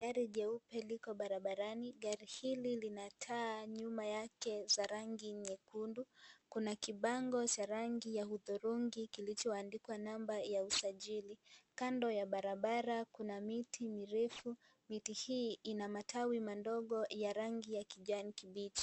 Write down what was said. Gari jeupe liko barabarani, gari hili lina taa nyuma yake za rangi nyekundu, kuna kibango cha ya rangi hudhurungi kilichoandikwa namba ya usajili, kando ya barabara kuna miti mirefu, miti hii ina matawi mandongo ya rangi ya kijani kibichi.